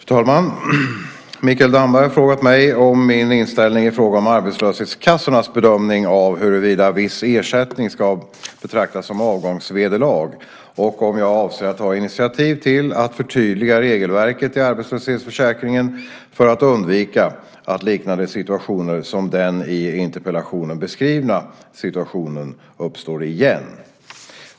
Fru talman! Mikael Damberg har frågat mig om min inställning i fråga om arbetslöshetskassans bedömning av huruvida viss ersättning ska betraktas som avgångsvederlag och om jag avser att ta initiativ till att förtydliga regelverket i arbetslöshetsförsäkringen för att undvika att liknande situationer som den i interpellationen beskrivna situationen uppstår igen.